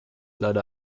leider